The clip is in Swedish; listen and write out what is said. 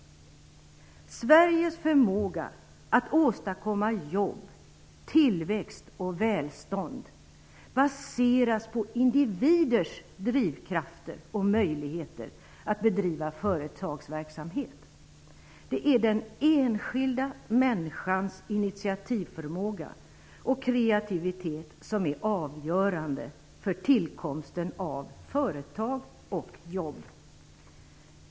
Sveriges förmåga att åstadkomma jobb, tillväxt och välstånd baseras på individers drivkrafter och möjligheter att bedriva företagsverksamhet. Det är den enskilda människans initiativförmåga och kreativitet som är avgörande för tillkomsten av företag och jobb.